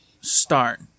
start